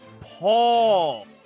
Paul